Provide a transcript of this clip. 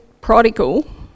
prodigal